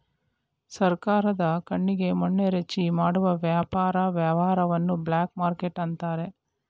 ಸರ್ಕಾರದ ಕಣ್ಣಿಗೆ ಮಣ್ಣೆರಚಿ ಮಾಡುವ ವ್ಯಾಪಾರ ವ್ಯವಹಾರವನ್ನು ಬ್ಲಾಕ್ ಮಾರ್ಕೆಟ್ ಅನ್ನುತಾರೆ